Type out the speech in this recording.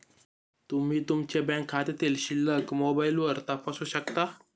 तुम्ही तुमच्या बँक खात्यातील शिल्लक मोबाईलवर तपासू शकता